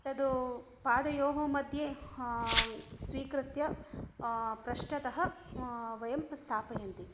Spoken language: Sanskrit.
तद् पादयोः मध्ये स्वीकृत्य पृष्ठतः वयं स्थापयन्ति